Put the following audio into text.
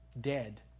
dead